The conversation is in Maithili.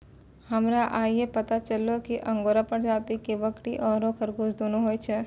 हमरा आइये पता चललो कि अंगोरा प्रजाति के बकरी आरो खरगोश दोनों होय छै